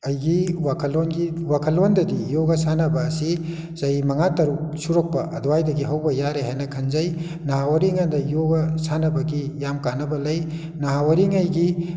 ꯑꯩꯒꯤ ꯋꯥꯈꯜꯂꯣꯟꯒꯤ ꯋꯥꯈꯜꯂꯣꯟꯗꯗꯤ ꯌꯣꯒꯥ ꯁꯥꯟꯅꯕ ꯑꯁꯤ ꯆꯍꯤ ꯃꯉꯥ ꯇꯔꯨꯛ ꯁꯨꯔꯛꯄ ꯑꯗꯨꯋꯥꯏꯗꯒꯤ ꯍꯧꯕ ꯌꯥꯔꯦ ꯍꯥꯏꯅ ꯈꯟꯖꯩ ꯅꯍꯥ ꯑꯣꯏꯔꯤꯉꯩꯗ ꯌꯣꯒꯥ ꯁꯥꯟꯅꯕꯒꯤ ꯌꯥꯝ ꯀꯥꯟꯅꯕ ꯂꯩ ꯅꯍꯥ ꯑꯣꯏꯔꯤꯉꯩꯒꯤ